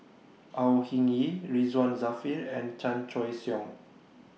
Au Hing Yee Ridzwan Dzafir and Chan Choy Siong